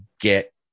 get